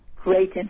Great